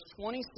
26